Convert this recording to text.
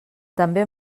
també